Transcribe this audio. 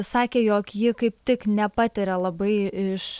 sakė jog ji kaip tik nepatiria labai iš